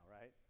right